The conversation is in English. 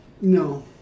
No